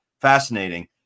fascinating